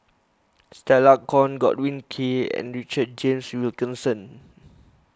Stella Kon Godwin Koay and Richard James Wilkinson